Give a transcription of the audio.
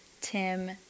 Tim